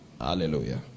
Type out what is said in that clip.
hallelujah